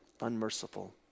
unmerciful